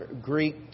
Greek